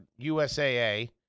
USAA